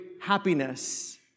happiness